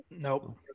nope